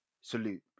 Salute